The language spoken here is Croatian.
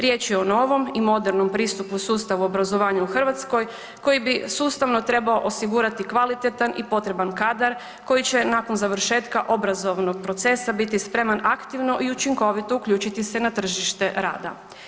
Riječ je o novom i modernom pristupu sustavu obrazovanja u Hrvatskoj koji bi sustavno trebao osigurati kvalitetan i potreban kadar, koji će nakon završetka obrazovnog procesa biti spreman aktivno i učinkovito uključiti se na tržište rada.